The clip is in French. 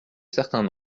certains